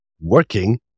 working